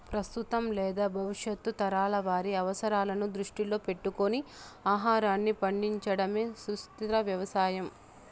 ప్రస్తుతం లేదా భవిష్యత్తు తరాల వారి అవసరాలను దృష్టిలో పెట్టుకొని ఆహారాన్ని పండించడమే సుస్థిర వ్యవసాయం